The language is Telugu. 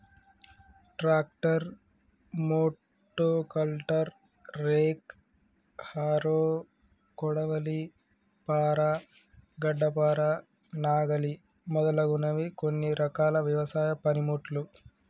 ట్రాక్టర్, మోటో కల్టర్, రేక్, హరో, కొడవలి, పార, గడ్డపార, నాగలి మొదలగునవి కొన్ని రకాల వ్యవసాయ పనిముట్లు